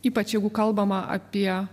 ypač jeigu kalbama apie